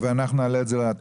ואנחנו נעלה לאתר הוועדה.